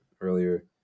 earlier